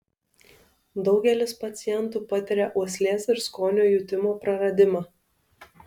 daugelis pacientų patiria uoslės ir skonio jutimo praradimą